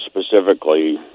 specifically